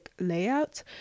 layout